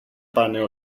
πάνε